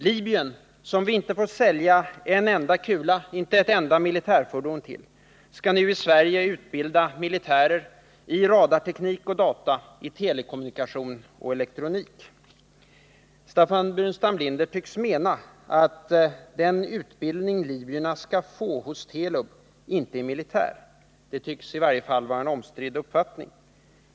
Libyen, som vi inte får sälja en enda kula eller ett enda militärfordon till, skall nu i Sverige utbilda militärer i radarteknik och data, telekommunikation och elektronik. Staffan Burenstam Linder verkar mena att den utbildning libyerna skall få hos Telub inte är militär. Det tycks vara en omstridd uppfattning.